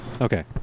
Okay